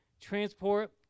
Transport